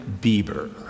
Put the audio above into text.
Bieber